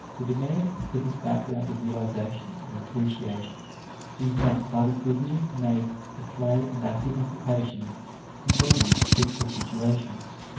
the demand for this background of realization or appreciation is met by the provision made for play and active occupations embodying typical situations.